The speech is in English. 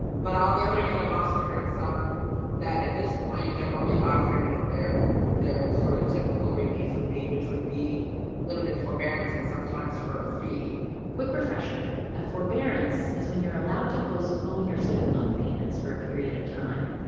but on the other hand, i've also heard some that, at this point, they're only offering what their sort of typical relief would be, which would be limited forbearance and sometimes for a fee quick refresher a forbearance is when you're allowed to postpone your student loan payments for a period of time.